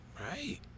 Right